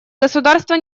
государства